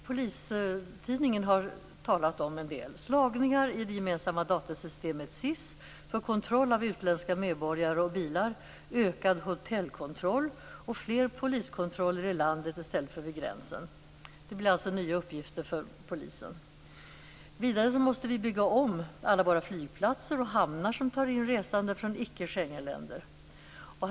Polistidningen har talat om en del: slagningar i det gemensamma datasystemet SIS för kontroll av utländska medborgare och bilar, ökad hotellkontroll och fler poliskontroller i landet i stället för vid gränsen. Det blir alltså nya uppgifter för polisen. Vidare måste vi bygga om alla våra flygplatser och hamnar som tar in resande från "icke Schengenländer".